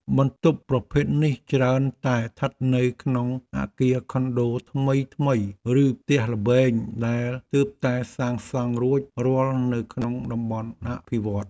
បន្ទប់ប្រភេទនេះច្រើនតែស្ថិតនៅក្នុងអគារខុនដូថ្មីៗឬផ្ទះល្វែងដែលទើបតែសាងសង់រួចរាល់នៅក្នុងតំបន់អភិវឌ្ឍន៍។